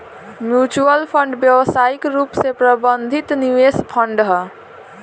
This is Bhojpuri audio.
म्यूच्यूअल फंड व्यावसायिक रूप से प्रबंधित निवेश फंड ह